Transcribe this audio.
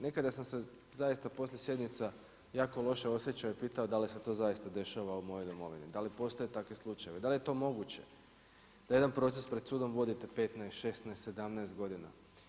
Nekada sam se zaista poslije sjednica jako loše osjećao i pitao da li se to zaista dešava u mojoj domovini, da li postoje takvi slučajevi, da li je to moguće da jedan proces pred sudom vodite 15, 16, 17 godina.